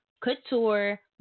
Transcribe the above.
Couture